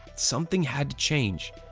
something had to change.